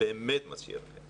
באמת מציע לכם